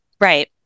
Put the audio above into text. right